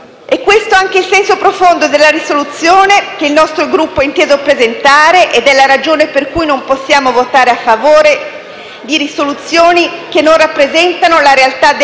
È questo anche il senso profondo della risoluzione che il nostro Gruppo ha inteso presentare ed è la ragione per cui non possiamo votare a favore di risoluzioni che non rappresentano la realtà delle cose,